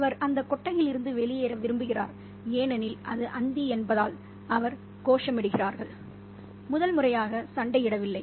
அவர் அந்தக் கொட்டகையிலிருந்து வெளியேற விரும்புகிறார் ஏனெனில் அது அந்தி என்பதால் அவர் குழந்தைகளின் குரல்களைக் கேட்க முடிந்தது அவர்கள் பாடுகிறார்கள் கோஷமிடுகிறார்கள் முதல்முறையாக சண்டையிடவில்லை